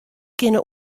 kinne